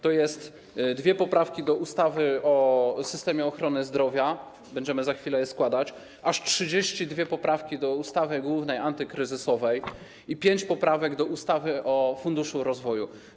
To dwie poprawki do ustawy o systemie ochrony zdrowia - będziemy za chwilę je składać - aż 32 poprawki do ustawy głównej antykryzysowej i pięć poprawek do ustawy o funduszu rozwoju.